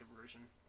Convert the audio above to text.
version